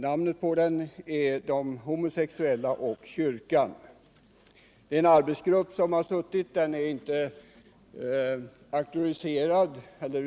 Boken heter ”De homosexuella och kyrkan” och har skrivits av en arbetsgrupp.